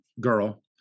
girl